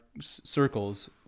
circles